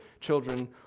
children